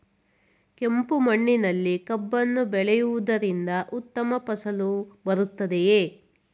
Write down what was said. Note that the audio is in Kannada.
ಕೆಂಪು ಮಣ್ಣಿನಲ್ಲಿ ಕಬ್ಬನ್ನು ಬೆಳೆಯವುದರಿಂದ ಉತ್ತಮ ಫಸಲು ಬರುತ್ತದೆಯೇ?